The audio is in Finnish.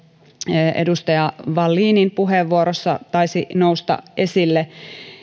edustaja wallinin puheenvuorossa taisi nousta esille